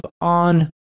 on